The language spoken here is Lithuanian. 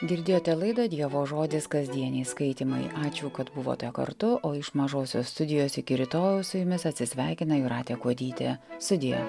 girdėjote laidą dievo žodis kasdieniai skaitymai ačiū kad buvote kartu o iš mažosios studijos iki rytojaus su jumis atsisveikina jūratė kuodytė sudie